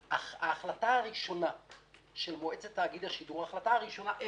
ההחלטה הראשונה אי פעם של מועצת תאגיד השידור הייתה